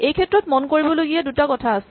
এইক্ষেত্ৰত মন কৰিবলগীয়া দুটা কথা আছে